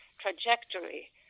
trajectory